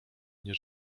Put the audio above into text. nie